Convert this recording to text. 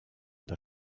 das